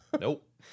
Nope